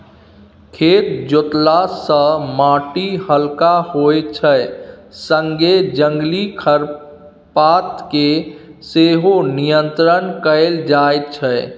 खेत जोतला सँ माटि हलका होइ छै संगे जंगली खरपात केँ सेहो नियंत्रण कएल जाइत छै